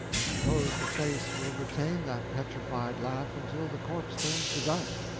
i suppose the face will retain that petrified laugh until the corpse turns to dust.